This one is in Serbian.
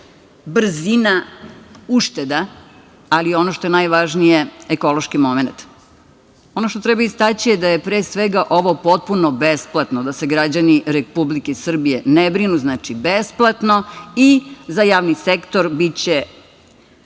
brzina ušteda, ali ono što je najvažnije ekološki momenat. Ono što treba istaći da je pre svega ovo potpuno besplatno, da se građani Republike Srbije ne brinu, znači besplatno, i za javni sektor biće